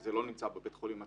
זה לא נמצא בבית חולים עצמו.